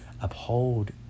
uphold